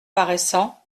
paraissant